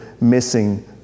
missing